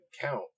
count